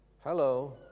Hello